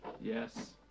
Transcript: Yes